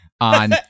on